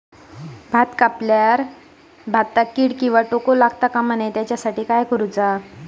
भात कापल्या ऑप्रात भाताक कीड किंवा तोको लगता काम नाय त्याच्या खाती काय करुचा?